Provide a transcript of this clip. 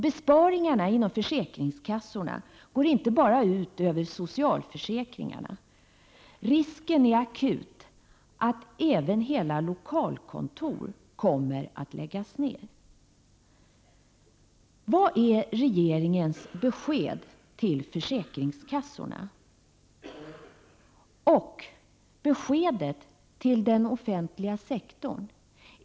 Besparingarna inom försäkringskassorna går inte bara ut över socialförsäkringarna. Risken är akut att även hela lokalkontor kommer att läggas ned. Vad är regeringens besked till försäkringskassorna? Och vad är regeringens besked till den offentliga sektorn?